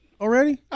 already